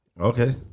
Okay